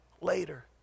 later